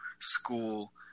school